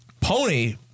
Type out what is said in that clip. pony